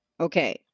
Okay